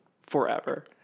forever